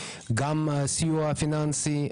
גם סיוע פיננסי,